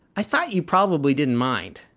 i thought you probably didn't mind,